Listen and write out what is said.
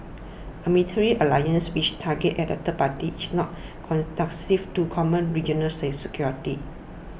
a military alliance which is targeted at a third party is not conducive to common regional security